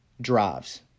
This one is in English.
drives